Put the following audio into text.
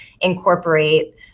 incorporate